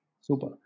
Super